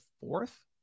fourth